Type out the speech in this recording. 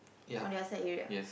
from the outside area